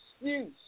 excuse